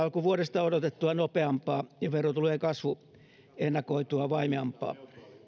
alkuvuodesta odotettua nopeampaa ja verotulojen kasvu ennakoitua vaimeampaa